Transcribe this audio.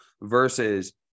versus